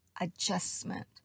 adjustment